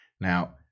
now